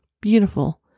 beautiful